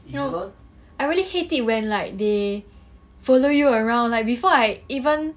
you I really hate it when like they follow you around like before I even